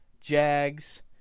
Jags